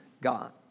God